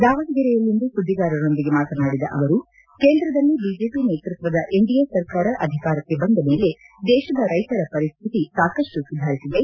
ದಾವಣಗೆರೆಯಲ್ಲಿಂದು ಸುದ್ದಿಗಾರರೊಂದಿಗೆ ಮಾತನಾಡಿದ ಅವರು ಕೇಂದ್ರದಲ್ಲಿ ಬಿಜೆಪಿ ನೇತೃತ್ವದ ಎನ್ಡಿಎ ಸರ್ಕಾರ ಅಧಿಕಾರಕ್ಕೆ ಬಂದ ಮೇಲೆ ದೇಶದ ರೈತರ ಪರಿಸ್ಠಿತಿ ಸಾಕಷ್ಟು ಸುಧಾರಿಸಿದೆ